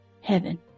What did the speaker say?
Heaven